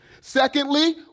Secondly